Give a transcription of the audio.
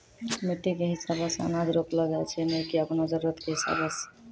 मिट्टी कॅ हिसाबो सॅ अनाज रोपलो जाय छै नै की आपनो जरुरत कॅ हिसाबो सॅ